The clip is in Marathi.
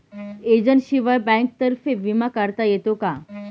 एजंटशिवाय बँकेतर्फे विमा काढता येतो का?